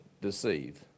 deceive